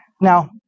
Now